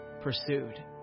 pursued